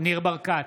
ניר ברקת,